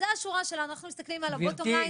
אנחנו מסתכלים על השורה התחתונה.